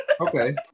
Okay